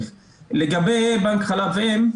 לגבי בנק חלב אם,